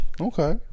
Okay